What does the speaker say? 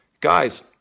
guys